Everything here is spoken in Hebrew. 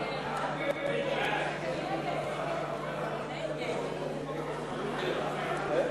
את הצעת חוק חינוך ממלכתי (תיקון,